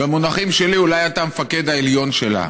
ובמונחים שלי אולי אתה המפקד העליון שלה,